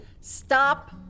Stop